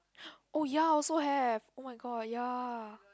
oh ya I also have oh-my-god ya